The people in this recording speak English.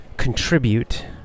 contribute